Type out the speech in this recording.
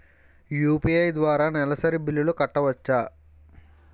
UPI ద్వారా నెలసరి బిల్లులు కట్టవచ్చా?